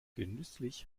genüsslich